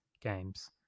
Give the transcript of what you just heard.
games